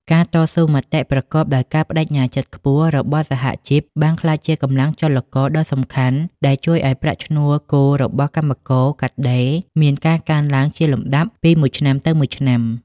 ការតស៊ូមតិប្រកបដោយការប្តេជ្ញាចិត្តខ្ពស់របស់សហជីពបានក្លាយជាកម្លាំងចលករដ៏សំខាន់ ដែលជួយឱ្យប្រាក់ឈ្នួលគោលរបស់កម្មករកាត់ដេរមានការកើនឡើងជាលំដាប់ពីមួយឆ្នាំទៅមួយឆ្នាំ។